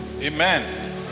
Amen